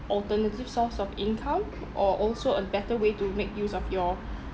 alternative source of income or also a better way to make use of your